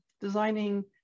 designing